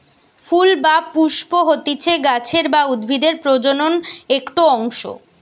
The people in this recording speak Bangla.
ফুল বা পুস্প হতিছে গাছের বা উদ্ভিদের প্রজনন একটো অংশ